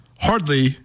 hardly